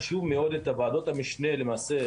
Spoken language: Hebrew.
חשוב מאוד את ועדות המשנה למעשה,